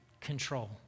control